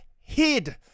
hid